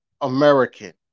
American